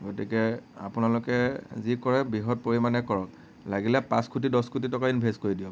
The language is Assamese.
গতিকে আপোনালোকে যি কৰে বৃহৎ পৰিমাণে কৰক লাগিলে পাঁচ কোটি দছ কোটি টকা ইনভেষ্ট কৰি দিয়ক